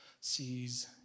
sees